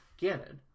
Ganon